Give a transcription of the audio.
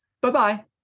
bye-bye